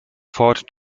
fort